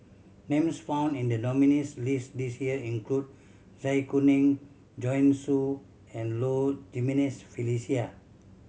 names found in the nominees' list this year include Zai Kuning Joanne Soo and Low Jimenez Felicia